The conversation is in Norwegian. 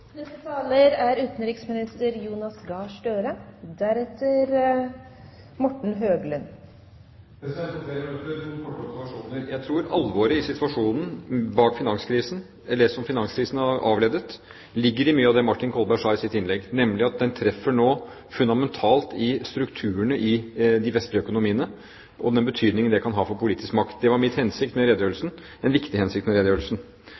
Jeg tror alvoret i situasjonen bak finanskrisen, eller det som finanskrisen har avledet, ligger i mye av det Martin Kolberg sa i sitt innlegg, nemlig at den treffer nå fundamentalt i strukturene i de vestlige økonomiene, og den betydningen det kan ha for politisk makt. Det var min hensikt med redegjørelsen – en viktig hensikt med redegjørelsen.